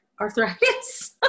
arthritis